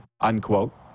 unquote